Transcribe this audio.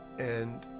and